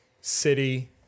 City